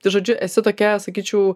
tai žodžiu esi tokia sakyčiau